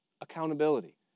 accountability